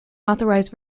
authorized